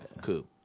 cool